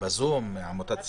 בזום עמותת "סיכוי",